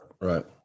right